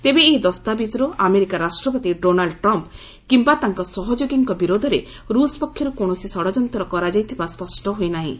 ତେବେ ଏହି ଦସ୍ତାବିଜ୍ରୁ ଆମେରିକା ରାଷ୍ଟ୍ରପତି ଡୋନାଲ୍ଡ ଟ୍ରମ୍ପ୍ କିମ୍ବା ତାଙ୍କ ସହଯୋଗୀଙ୍କ ବିରୋଧରେ ରୁଷ ପକ୍ଷରୁ କୌଣସି ଷଡ଼ଯନ୍ତ୍ର କରାଯାଇଥିବା ସ୍ୱଷ୍ଟ ହୋଇନାହିଁ